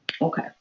Okay